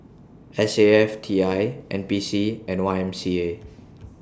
S A F T I N P C and Y M C A